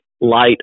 light